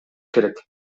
керек